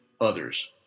others